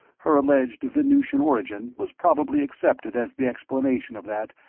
her alleged venusian origin was probably accepted as the explanation of that,